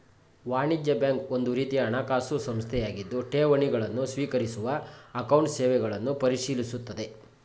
ವಾಣಿಜ್ಯ ಬ್ಯಾಂಕ್ ಒಂದುರೀತಿಯ ಹಣಕಾಸು ಸಂಸ್ಥೆಯಾಗಿದ್ದು ಠೇವಣಿ ಗಳನ್ನು ಸ್ವೀಕರಿಸುವ ಅಕೌಂಟ್ ಸೇವೆಗಳನ್ನು ಪರಿಶೀಲಿಸುತ್ತದೆ